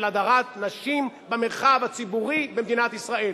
הדרת נשים במרחב הציבורי במדינת ישראל.